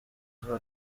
aho